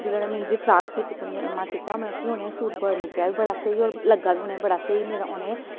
जेल्लै में उंदी फ्राक सीह्ती पजामा सीह्ता मतलव कि उनें सूट बंकेआ वी बड़ा स्हेई और लग्गा वी उनें बड़ा स्हेई मेरा उनें